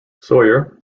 sawyer